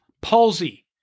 palsy